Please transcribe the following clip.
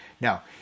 Now